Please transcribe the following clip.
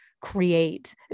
create